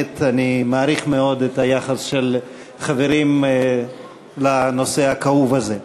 אני באמת מעריך מאוד את היחס של החברים לנושא הכאוב הזה.